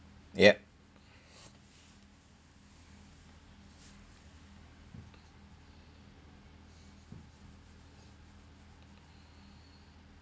yep